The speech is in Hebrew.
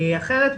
אחרת,